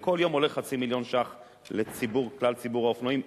וכל יום עולה חצי מיליון שקלים לכלל ציבור האופנועים,